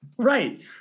Right